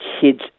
kids